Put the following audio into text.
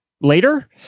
later